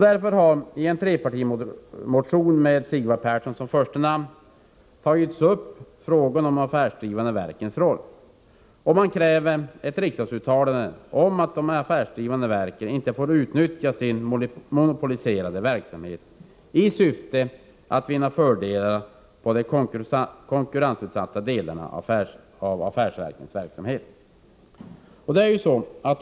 I en trepartimotion med Sigvard Persson som första namn tas därför frågan upp om de affärsdrivande verkens roll. Motionärerna kräver ett riksdagsuttalande om att affärsdrivande verk inte får utnyttja sin monopolställning i syfte att vinna fördelar på de konkurrensutsatta delarna av affärsverkens verksamhet.